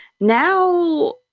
now